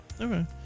okay